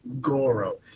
Goro